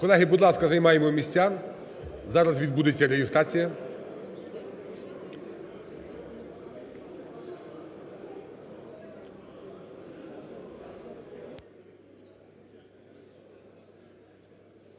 Колеги, будь ласка, займаємо місця, зараз відбудеться реєстрація.